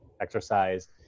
exercise